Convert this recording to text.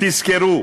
תזכרו: